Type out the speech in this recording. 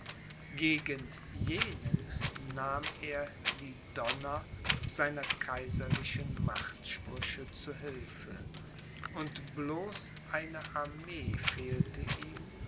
gegen jenen nahm er die donner seiner kaiserlichen machtsprüche zu hilfe und bloß eine armee fehlte ihm